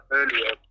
earlier